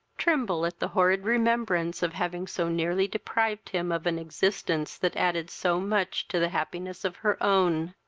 tremble at the horrid remembrance of having so nearly deprived him of an existence that added so much to the happiness of her own.